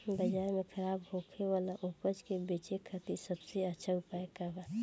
बाजार में खराब होखे वाला उपज के बेचे खातिर सबसे अच्छा उपाय का बा?